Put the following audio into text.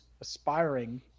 aspiring